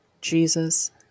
Jesus